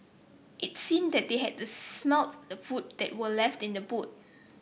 it seemed that they had smelt the food that were left in the boot